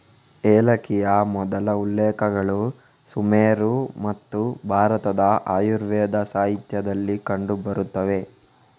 ಏಲಕ್ಕಿಯ ಮೊದಲ ಉಲ್ಲೇಖಗಳು ಸುಮೇರು ಮತ್ತು ಭಾರತದ ಆಯುರ್ವೇದ ಸಾಹಿತ್ಯದಲ್ಲಿ ಕಂಡು ಬರುತ್ತವೆ